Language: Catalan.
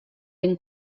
ben